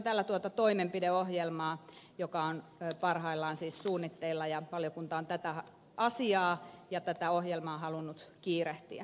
tarkoitamme tällä toimenpideohjelmaa joka on parhaillaan siis suunnitteilla ja valiokunta on tätä asiaa ja tätä ohjelmaa halunnut kiirehtiä